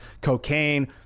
cocaine